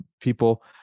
people